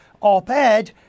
op-ed